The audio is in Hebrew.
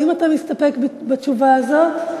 האם אתה מסתפק בתשובה הזאת?